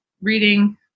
reading